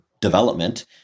development